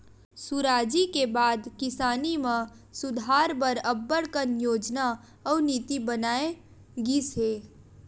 सुराजी के बाद किसानी म सुधार बर अब्बड़ कन योजना अउ नीति बनाए गिस हे